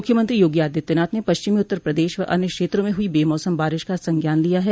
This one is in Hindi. मुख्यमंत्री योगी आदित्यनाथ ने पश्चिमी उत्तर प्रदेश व अन्य क्षेत्रों में हुई बेमौसम बारिश का संज्ञान लिया है